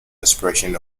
expression